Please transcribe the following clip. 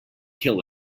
kill